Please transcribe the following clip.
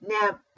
Now